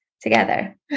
together